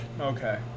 Okay